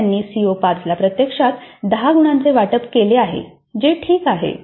तर त्यांनी सीओ 5 ला प्रत्यक्षात 10 गुणांचे वाटप केले आहे जे ठीक आहे